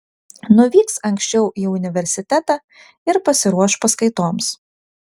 nuvyks anksčiau į universitetą ir pasiruoš paskaitoms